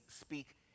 speak